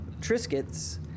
Triscuits